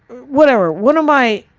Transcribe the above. whatever. one of my,